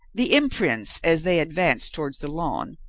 the imprints, as they advanced towards the lawn,